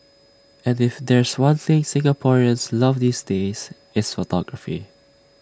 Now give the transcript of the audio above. and if there's one thing Singaporeans love these days it's photography